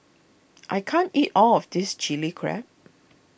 I can't eat all of this Chilli Crab